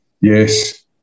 yes